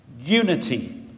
unity